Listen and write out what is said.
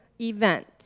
event